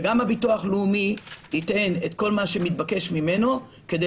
וגם הביטוח הלאומי ייתן את כל מה שמתבקש ממנו כדי